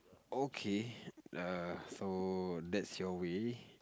okay err so that's your way